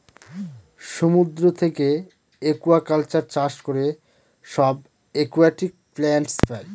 সমুদ্র থাকে একুয়াকালচার চাষ করে সব একুয়াটিক প্লান্টস পাই